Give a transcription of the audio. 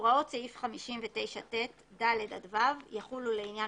הוראות סעיפים 59ט(ד) עד (ו) יחולו לעניין